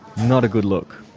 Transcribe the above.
not a good look.